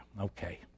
Okay